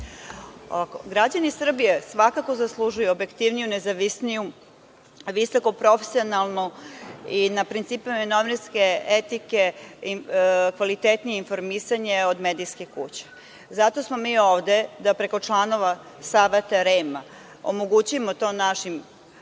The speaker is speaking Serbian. građani Srbije zaslužuju mnogo objektivniju, nezavisnu, visokoprofesionalnu i na principima novinarske etike kvalitetnije informisanje od medijske kuće. Zato smi mi ovde da preko članova Saveta REM omogućimo to našim